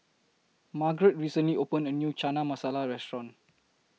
Margret recently opened A New Chana Masala Restaurant